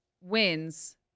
wins